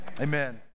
Amen